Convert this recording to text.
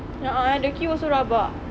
a'ah eh the queue also rabak